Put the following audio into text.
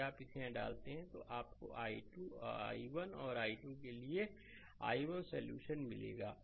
यदि आप इसे यहां डालते हैं तो आपको i1 और i2 के लिए i1 सॉल्यूशन मिलेगा